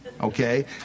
Okay